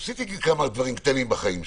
עשיתי כמה דברים קטנים בחיים שלי,